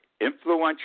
influential